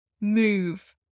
move